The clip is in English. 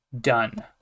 Done